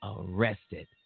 arrested